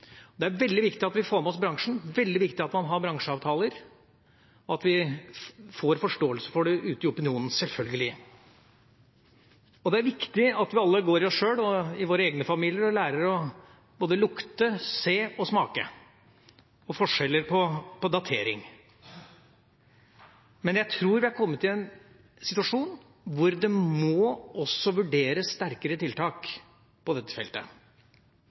viktig at man har bransjeavtaler, og at man får forståelse for det ute i opinionen, selvfølgelig. Det er viktig at vi alle går i oss sjøl i våre egne familier og lærer både å lukte, se og smake, og lærer forskjeller på datomerking. Men jeg tror vi er kommet i en situasjon hvor det også må vurderes sterkere tiltak på dette feltet.